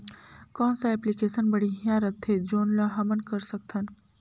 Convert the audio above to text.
कौन सा एप्लिकेशन बढ़िया रथे जोन ल हमन कर सकथन?